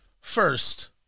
First